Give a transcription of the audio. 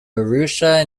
arusha